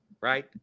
Right